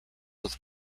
with